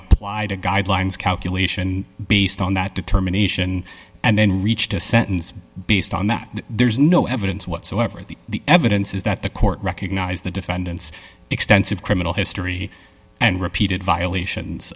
a guidelines calculation based on that determination and then reached a sentence based on that there's no evidence whatsoever that the evidence is that the court recognise the defendant's extensive criminal history and repeated violations